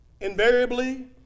Invariably